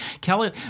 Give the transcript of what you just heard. Kelly